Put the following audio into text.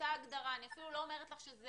מאותה הגדרה אני אפילו לא אומרת לך שזה